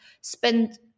spend